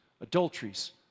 adulteries